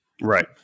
Right